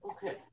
Okay